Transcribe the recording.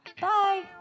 Bye